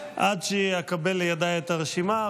עד שאני אקבל לידיי את הרשימה,